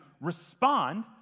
respond